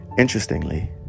Interestingly